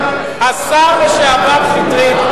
השר לשעבר שטרית,